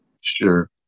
Sure